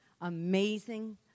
amazing